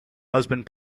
husband